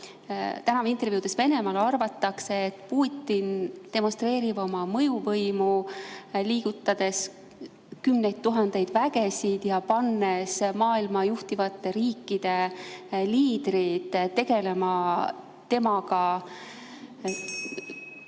tänavaintervjuudes Venemaal arvatakse, et Putin demonstreerib oma mõjuvõimu, liigutades kümneid tuhandeid sõjaväelasi ja pannes maailma juhtivate riikide liidreid tegelema temaga